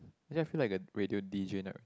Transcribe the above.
actually I feel like a radio D_J now